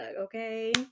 okay